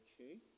Okay